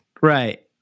right